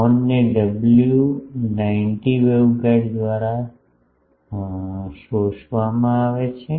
હોર્નને WR 90 waveguide દ્વારા શોષવામાં આવે છે